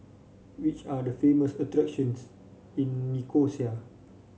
which are the famous attractions in Nicosia